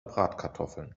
bratkartoffeln